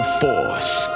force